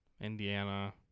Indiana